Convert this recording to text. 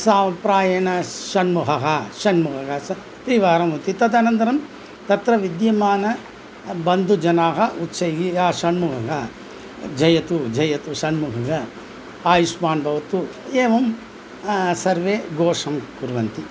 सः प्रायेण षण्मुखः षण्मुखः सः त्रिवारम् इति तदनन्तरं तत्र विद्यमानाः बन्धुजनाः उच्चैः यः षण्मुखः जयतु जयतु षण्मुखः आयुष्मान् भवतु एवं सर्वे घोषं कुर्वन्ति